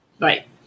Right